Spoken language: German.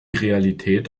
realität